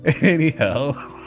Anyhow